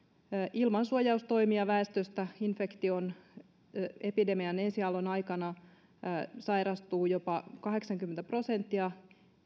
ilman suojaustoimia väestöstä infektioon epidemian ensiaallon aikana sairastuu jopa kahdeksankymmentä prosenttia